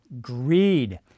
Greed